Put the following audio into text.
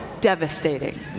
devastating